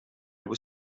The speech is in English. were